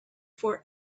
for